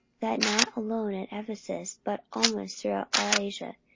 that not alone at ephesus, but almost throughout all asia,